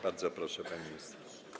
Bardzo proszę, pani minister.